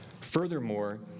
furthermore